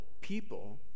people